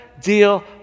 deal